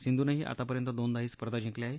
सिंधुनही आतापर्यंत दोनदा ही स्पर्धा जिंकली आहे